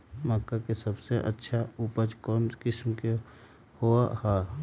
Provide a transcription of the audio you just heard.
मक्का के सबसे अच्छा उपज कौन किस्म के होअ ह?